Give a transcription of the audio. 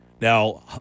Now